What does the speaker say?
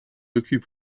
occupe